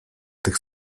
tych